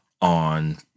on